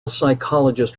psychologist